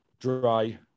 dry